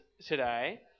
today